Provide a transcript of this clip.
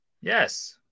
Yes